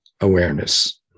awareness